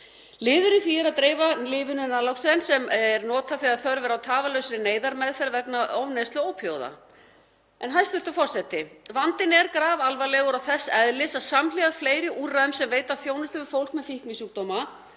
Liður í því er að dreifa lyfinu naloxone sem er notað þegar þörf er á tafarlausri neyðarmeðferð vegna ofneyslu ópíóíða. Hæstv. forseti. Vandinn er grafalvarlegur og þess eðlis að samhliða fleiri úrræðum sem veita þjónustu við fólk með fíknisjúkdóma